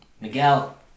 Miguel